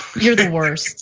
you're the worst,